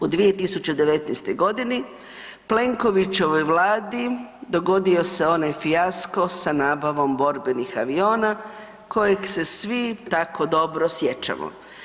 Od 2019. g. Plenkovićevoj Vladi dogodio se onaj fijasko sa nabavom borbenih aviona kojeg se svi tako dobro sjećamo.